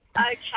Okay